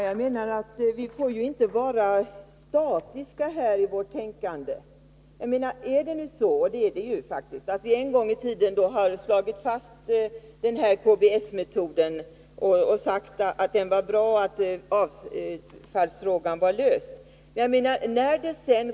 Herr talman! Vi får inte vara statiska i vårt tänkande. Även om det en gång i tiden slogs fast att KBS-metoden var bra och man talade om avfallsfrågan var löst så måste man ständigt ompröva.